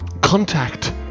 contact